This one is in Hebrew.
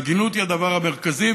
ההגינות היא הדבר המרכזי.